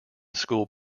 school